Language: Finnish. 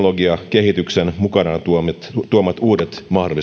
kehityksen mukanaan tuomat uudet mahdollisuudet jalkapallotermein